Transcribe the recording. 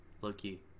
low-key